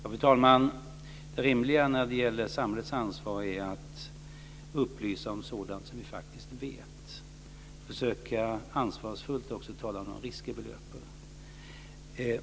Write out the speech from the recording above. Fru talman! Det rimliga när det gäller samhällets ansvar är att upplysa om sådant som vi faktiskt vet och ansvarsfullt försöka tala om de risker vi löper.